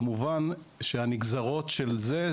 כמובן, שהנגזרות של זה,